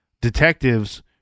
detectives